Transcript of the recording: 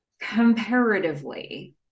Comparatively